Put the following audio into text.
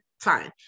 fine